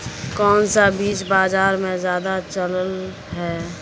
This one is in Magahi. कोन सा बीज बाजार में ज्यादा चलल है?